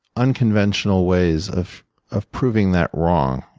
unconventional ways of of proving that wrong.